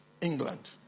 England